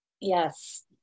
Yes